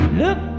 look